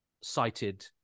cited